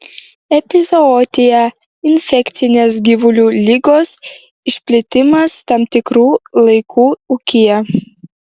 epizootija infekcinės gyvulių ligos išplitimas tam tikru laiku ūkyje